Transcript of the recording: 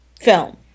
film